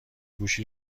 گوشی